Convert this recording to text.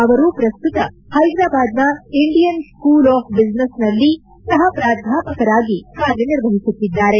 ಅವರು ಪ್ರಸ್ತುತ ಪೈದರಾಬಾದ್ನ ಇಂಡಿಯನ್ ಸ್ಕೂಲ್ ಆಫ್ ಬಿಸಿನೆಸ್ನಲ್ಲಿ ಸಹ ಪ್ರಾಧ್ಯಾಪಕರಾಗಿ ಕಾರ್ಯನಿರ್ವಹಿಸುತ್ತಿದ್ದಾರೆ